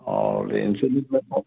और इंसुलिन तक